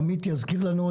עמית יזכיר לנו,